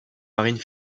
marines